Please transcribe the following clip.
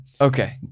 okay